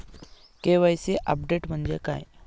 KYC update म्हणजे काय?